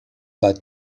pas